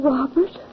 Robert